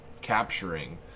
capturing